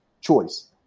choice